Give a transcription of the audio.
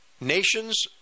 nations